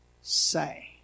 say